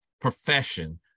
profession